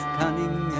cunning